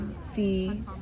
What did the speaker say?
see